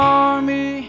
army